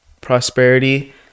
prosperity